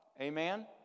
Amen